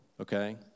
okay